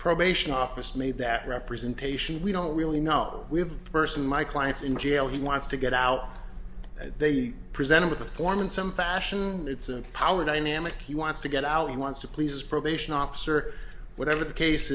probation office made that representation we don't really know we have a person my clients in jail he wants to get out and they presented with a form in some fashion it's a power dynamic he wants to get out he wants to please his probation officer whatever the case